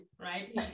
right